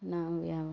ನಾವು ಯಾವ